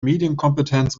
medienkompetenz